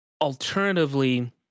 Alternatively